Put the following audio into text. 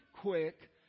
quick